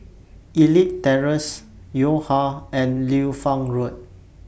Elite Terrace Yo Ha and Liu Fang Road